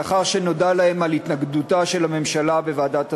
לאחר שנודע להם על התנגדותה של הממשלה בוועדת השרים,